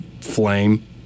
flame